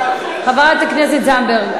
חברת כנסת זנדברג,